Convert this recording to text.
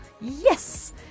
Yes